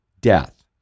death